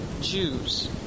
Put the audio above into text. Jews